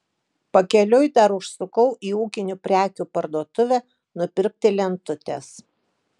pakeliui dar užsukau į ūkinių prekių parduotuvę nupirkti lentutės